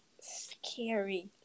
scary